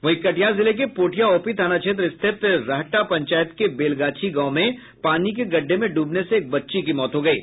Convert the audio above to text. वहीं कटिहार जिले के पोठिया ओपी थाना क्षेत्र स्थित रहटा पंचायत के बेलगाछी गांव में पानी के गड्ढे में डूबने से एक बच्ची की मौत हो गयी